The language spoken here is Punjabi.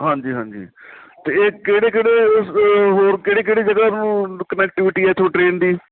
ਹਾਂਜੀ ਹਾਂਜੀ ਅਤੇ ਇਹ ਕਿਹੜੇ ਕਿਹੜੇ ਹੋਰ ਕਿਹੜੇ ਕਿਹੜੇ ਜਗ੍ਹਾ ਨੂੰ ਕਨੈਕਟਿਵਿਟੀ ਇੱਥੋਂ ਟ੍ਰੇਨ ਦੀ